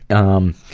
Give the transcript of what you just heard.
um,